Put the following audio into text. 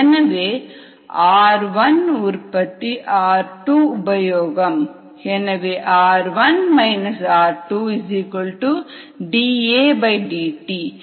எனவே r1 உற்பத்தி r2 உபயோகம் எனவே r1 r2dAdt